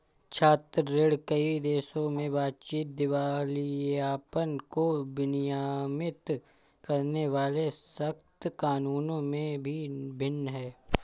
छात्र ऋण, कई देशों में बातचीत, दिवालियापन को विनियमित करने वाले सख्त कानूनों में भी भिन्न है